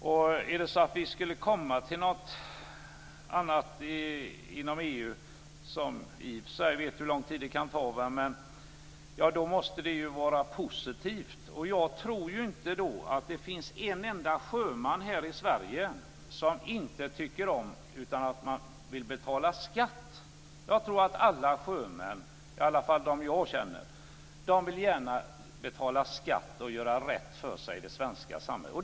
Om man skulle komma fram till något annat inom EU - i och för sig vet vi hur lång tid det kan ta - måste det ju vara positivt. Jag tror inte att det finns en enda sjöman här i Sverige som inte vill betala skatt. Jag tror att alla sjömän, i alla fall de jag känner, gärna vill betala skatt och göra rätt för sig i det svenska samhället.